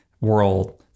world